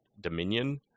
Dominion